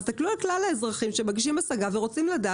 תסתכלו על כלל האזרחים שמגישים השגה ורוצים לדעת.